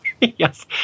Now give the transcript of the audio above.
Yes